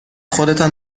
خودتان